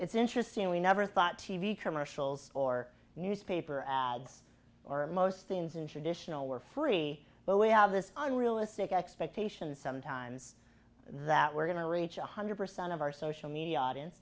it's interesting we never thought t v commercials or newspaper ads or most things in traditional were free but we have this unrealistic expectation sometimes that we're going to reach one hundred percent of our social media audience